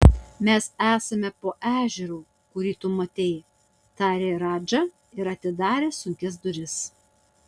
mes esame po ežeru kurį tu matei tarė radža ir atidarė sunkias duris